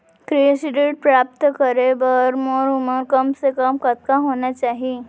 कृषि ऋण प्राप्त करे बर मोर उमर कम से कम कतका होना चाहि?